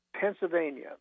Pennsylvania